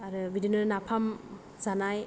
आरो बिदिनो नाफाम जानाय